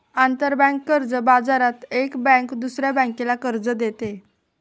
आंतरबँक कर्ज बाजारात एक बँक दुसऱ्या बँकेला कर्ज देते